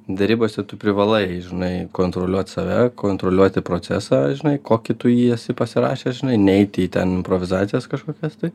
derybose tu privalai žinai kontroliuot save kontroliuoti procesą žinai kokį tu jį esi pasirašęs žinai neiti į ten improvizacijas kažkokias tai